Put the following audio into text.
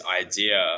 idea